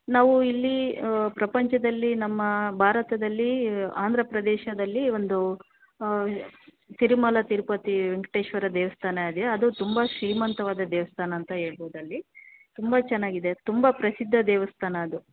ನಾವು ಇಲ್ಲಿ ಪ್ರಪಂಚದಲ್ಲಿ ನಮ್ಮ ಭಾರತದಲ್ಲಿ ಆಂಧ್ರ ಪ್ರದೇಶದಲ್ಲಿ ಒಂದು ತಿರುಮಲ ತಿರುಪತಿ ವೆಂಕಟೇಶ್ವರ ದೇವಸ್ಥಾನ ಇದೆ ಅದು ತುಂಬ ಶ್ರೀಮಂತವಾದ ದೇವಸ್ಥಾನ ಅಂತ ಹೇಳ್ಬೌದಲ್ಲಿ ತುಂಬ ಚೆನ್ನಾಗಿದೆ ಅದು ತುಂಬ ಪ್ರಸಿದ್ದ ದೇವಸ್ಥಾನ ಅದು